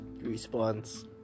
response